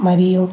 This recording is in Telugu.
మరియు